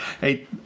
Hey